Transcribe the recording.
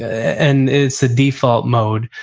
and it's a default mode,